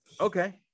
Okay